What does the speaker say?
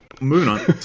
Moon